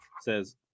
says